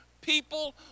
People